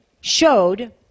showed